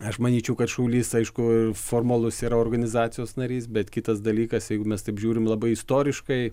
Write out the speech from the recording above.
aš manyčiau kad šaulys aišku formalus organizacijos narys bet kitas dalykas jeigu mes taip žiūrim labai istoriškai